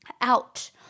out